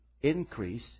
increase